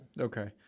Okay